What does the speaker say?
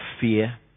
fear